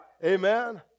Amen